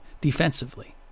defensively